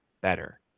better